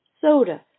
soda